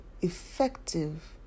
effective